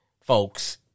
folks